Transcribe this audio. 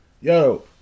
yo